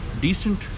decent